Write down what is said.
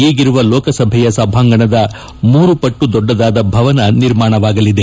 ಈಗಿರುವ ಲೋಕಸಭೆಯ ಸಭಾಂಗಣದ ಮೂರು ಪಟ್ಟು ದೊಡ್ಡದಾದ ಭವನ ನಿರ್ಮಾಣವಾಗಲಿದೆ